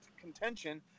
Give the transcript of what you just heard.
contention